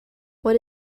what